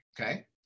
Okay